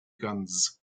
guns